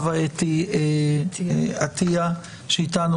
בוקר טוב לחברת הכנסת חוה אתי עטייה שאיתנו,